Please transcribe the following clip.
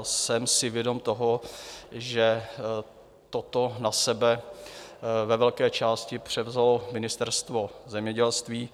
Jsem si vědom toho, že toto na sebe ve velké části převzalo Ministerstvo zemědělství.